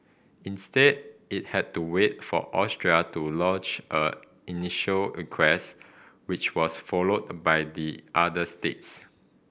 instead it had to wait for Austria to lodge an initial request which was followed by the other states